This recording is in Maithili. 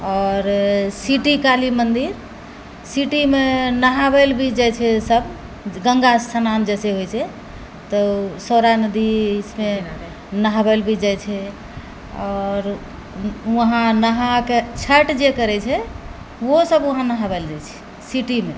आओर सिटी काली मंदिर सिटीमे नहाबै लए भी जाइत छै सब गङ्गा स्नान जैसे होइत छै तऽ सौरा नदी छै नहबै लए भी जाइत छै आओर वहाँ नहाके छठि जे करैत छै ओहो सब वहाँ नहबै लए जाइत छै सिटीमे